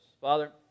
Father